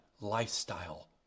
lifestyle